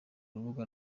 rubuga